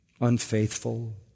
unfaithful